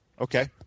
Okay